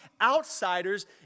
outsiders